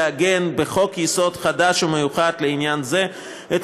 לעגן בחוק-יסוד חדש ומיוחד לעניין זה את